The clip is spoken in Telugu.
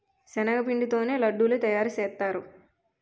శనగపిండి తోనే లడ్డూలు తయారుసేత్తారు